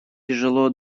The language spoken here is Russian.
тяжело